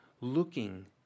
looking